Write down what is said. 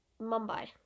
mumbai